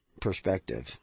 perspective